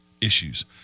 issues